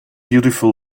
beautiful